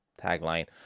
tagline